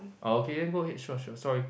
okay go ahead sure sure sorry